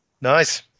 Nice